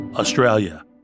Australia